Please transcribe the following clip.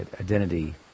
identity